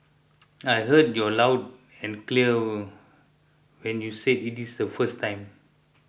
I heard you loud and clear when you said it is the first time